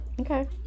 Okay